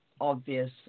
obvious